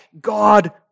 God